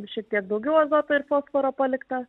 šiek tiek daugiau azoto ir fosforo palikta